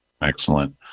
Excellent